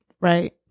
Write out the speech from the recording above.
right